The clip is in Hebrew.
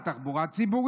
על תחבורה ציבורית.